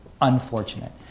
unfortunate